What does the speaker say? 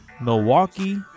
Milwaukee